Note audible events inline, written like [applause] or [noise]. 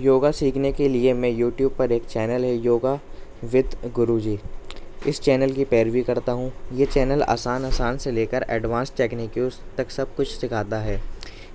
یوگا سیکھنے کے لیے میں یوٹیوب پر ایک چینل ہے یوگا وتھ گرو جی اس چینل کی پیروی کرتا ہوں یہ چینل آسان آسان سے لے کر ایڈوانس [unintelligible] تک سب کچھ سکھاتا ہے